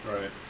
Right